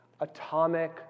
atomic